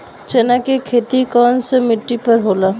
चन्ना के खेती कौन सा मिट्टी पर होला?